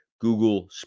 Google